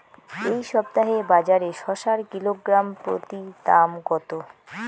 এই সপ্তাহে বাজারে শসার কিলোগ্রাম প্রতি দাম কত?